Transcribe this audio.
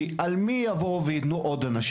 על מי ייתנו עוד פקחים?